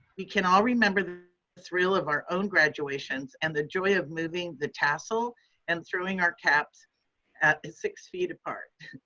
we can all remember the thrill of our own graduations and the joy of moving the tassel and throwing our cap six feet apart.